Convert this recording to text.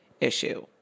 issue